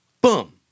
Boom